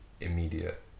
immediate